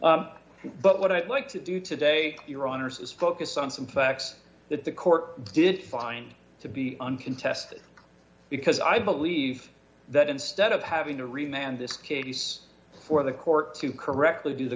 arrest but what i'd like to do today your honour's is focus on some facts that the court did find to be uncontested because i believe that instead of having to remain in this case for the court to correctly do the